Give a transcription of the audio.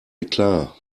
eklat